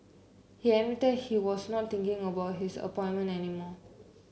he admitted he was not thinking about his appointment any more